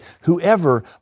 whoever